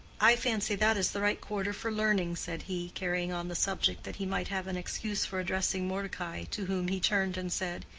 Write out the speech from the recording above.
i fancy that is the right quarter for learning, said he, carrying on the subject that he might have an excuse for addressing mordecai, to whom he turned and said,